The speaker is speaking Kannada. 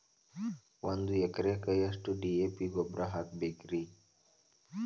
ಒಂದು ಎಕರೆಕ್ಕ ಎಷ್ಟ ಡಿ.ಎ.ಪಿ ಗೊಬ್ಬರ ಹಾಕಬೇಕ್ರಿ?